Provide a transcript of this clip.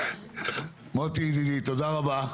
מוטי ידידי, תודה רבה.